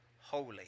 holy